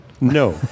No